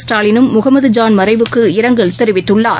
ஸ்டாலினும் முகமது ஜான் மறைவுக்கு இரங்கல் தெரிவித்துள்ளார்